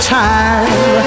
time